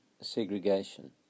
segregation